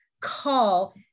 call